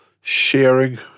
sharing